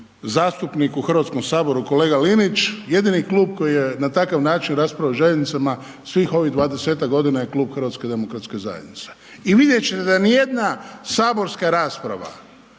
zastupnik u HS kolega Linić, jedini klub koji je na takav način raspravljao o željeznicama svih ovih 20-tak godina je Klub HDZ-a i vidjet ćete da nijedna saborska rasprava